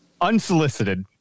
unsolicited